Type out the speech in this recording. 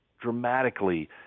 dramatically